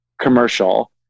commercial